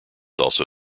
also